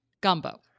Gumbo